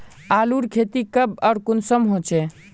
आलूर खेती कब आर कुंसम होचे?